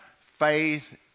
faith